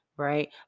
right